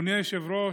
אדוני היושב-ראש,